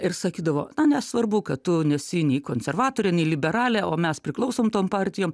ir sakydavo na nesvarbu kad tu nesi nei konservatorė į liberalė o mes priklausom tom partijom